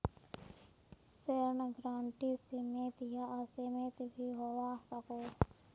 ऋण गारंटी सीमित या असीमित भी होवा सकोह